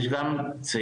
יש גם צעירים,